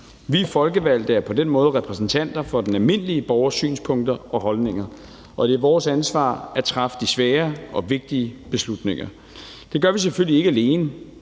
Vi folkevalgte er på den måde repræsentanter for den almindelige borgers synspunkter og holdninger, og det er vores ansvar at træffe de svære og vigtige beslutninger. Det gør vi selvfølgelig ikke alene.